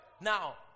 Now